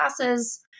classes